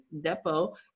Depo